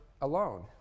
alone